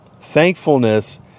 Thankfulness